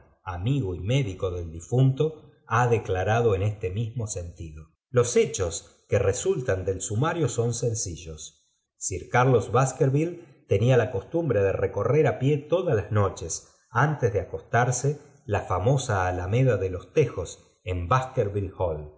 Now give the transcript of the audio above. amigo y médico del difunto ha decíarado en este mismo sentido los hechos que resultan del sumario son senslr carlos baskerville tenía la costumbre de recorrer á pie todas las noches antes de acosstarse la famosa alameda de los teioa en